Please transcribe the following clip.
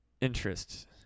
interest